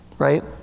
Right